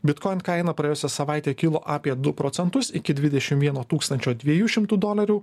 bitkoin kaina praėjusią savaitę kilo apie du procentus iki dvidešim vieno tūkstančio dviejų šimtų dolerių